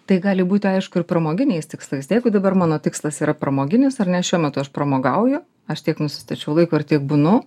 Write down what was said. tai gali būti aišku ir pramoginiais tikslais jeigu dabar mano tikslas yra pramoginis ar ne šiuo metu aš pramogauju aš tiek nusistačiau laiko ir tiek būnu